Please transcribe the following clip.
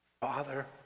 Father